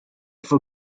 for